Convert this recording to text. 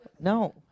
No